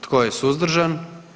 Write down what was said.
Tko je suzdržan?